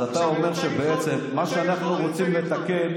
אז אתה אומר שבעצם מה שאנחנו רוצים לתקן,